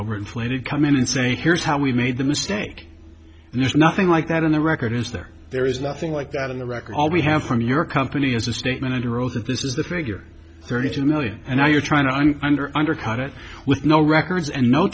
over inflated come in and say here's how we made the mistake and there's nothing like that in the record is there there is nothing like that in the record all we have from your company is a statement under oath if this is the figure thirty two million and i you're trying to i'm under undercut it with no records and no